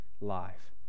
life